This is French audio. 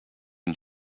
une